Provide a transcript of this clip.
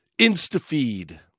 Insta-feed